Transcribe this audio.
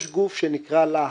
יש גוף שנקרא לה"ב,